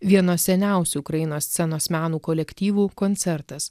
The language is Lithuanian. vieno seniausių ukrainos scenos meno kolektyvų koncertas